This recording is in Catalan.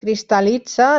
cristal·litza